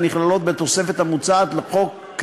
הנכללות בתוספת המוצעת לחוק.